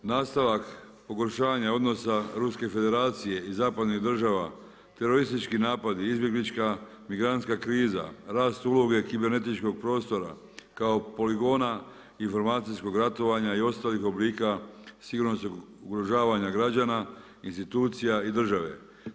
Nastavak pogoršavanja odnosa Ruske federacije i zapadnih država, teroristički napadi, izbjeglička migrantska kriza, rast uloge kibenetičkog prostora, kao poligona informacijskog ratovanja i ostalih oblika sigurnosnog ugrožavanja građana, institucija i države.